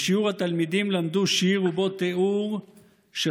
בשיעור התלמידים למדו שיר ובו תיאור של